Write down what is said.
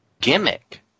gimmick